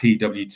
TWT